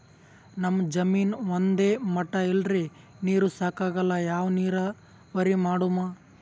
ನಮ್ ಜಮೀನ ಒಂದೇ ಮಟಾ ಇಲ್ರಿ, ನೀರೂ ಸಾಕಾಗಲ್ಲ, ಯಾ ನೀರಾವರಿ ಮಾಡಮು?